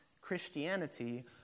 Christianity